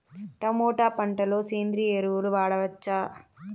Tomato పంట లో సేంద్రియ ఎరువులు వాడవచ్చా?